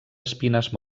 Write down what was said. espines